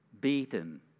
Beaten